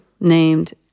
named